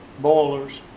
boilers